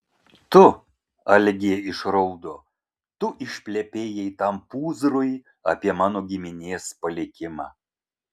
tu algė išraudo tu išplepėjai tam pūzrui apie mano giminės palikimą